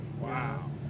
Wow